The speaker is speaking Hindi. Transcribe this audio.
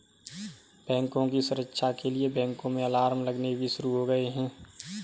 बैंकों की सुरक्षा के लिए बैंकों में अलार्म लगने भी शुरू हो गए हैं